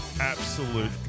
absolute